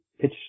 pitch